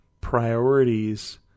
priorities